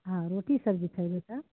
आ रोटी सब्जी खेबै तऽ